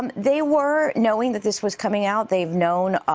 um they were knowing that this was coming out, they've known